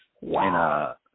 Wow